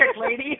lady